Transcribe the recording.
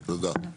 תודה.